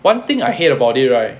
one thing I hate about it right